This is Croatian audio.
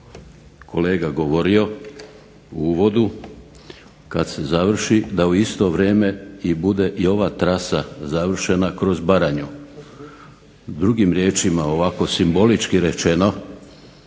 kolega govorio u uvodu kada se završi da u isto vrijeme bude završena i ova trasa kroz Baranju. Drugim riječima ovako simbolički rečeno,